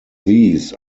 these